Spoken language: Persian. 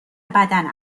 بدن